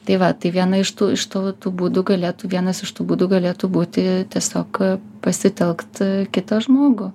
tai va tai viena iš tų iš tų vat tų būdu galėtų vienas iš tų būdų galėtų būti tiesiog pasitelkt kitą žmogų